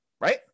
right